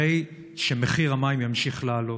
הרי שמחיר המים ימשיך לעלות.